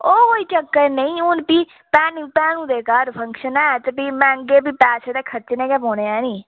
ओह् कोई चक्कर नेईं हून फ्ही भैनू दे घर फंक्शन ऐ ते भी मैंह्गे फ्ही पैसे खरचने गै पौने ऐ निं